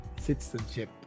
citizenship